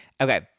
Okay